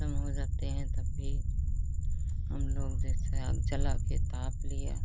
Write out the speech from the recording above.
ख़त्म हो जाते हैं तब भी हम लोग जैसे आग जलाकर ताप लिया